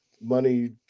money